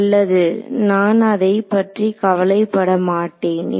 நல்லது நான் அதைப் பற்றி கவலைப்பட மாட்டேன்